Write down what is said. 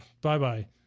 bye-bye